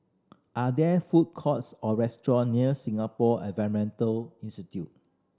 are there food courts or restaurants near Singapore Environmental Institute